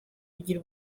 kugira